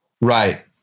Right